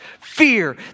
fear